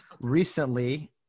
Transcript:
recently